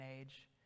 age